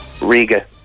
Riga